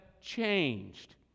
changed